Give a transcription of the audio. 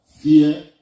Fear